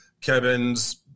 Kevin's